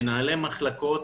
מנהלי מחלקות,